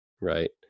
right